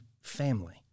family